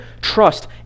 trust